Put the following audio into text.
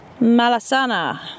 malasana